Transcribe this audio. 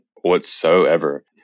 whatsoever